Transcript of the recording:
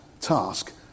task